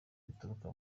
zituruka